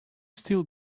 still